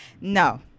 No